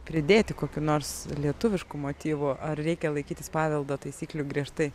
pridėti kokių nors lietuviškų motyvų ar reikia laikytis paveldo taisyklių griežtai